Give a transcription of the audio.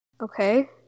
Okay